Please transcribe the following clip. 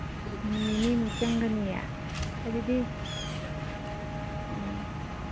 ꯅꯨꯃꯤꯠ ꯅꯤꯅꯤꯃꯨꯛ ꯆꯪꯒꯅꯤꯌꯦ ꯑꯗꯨꯗꯤ ꯎꯝ